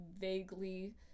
vaguely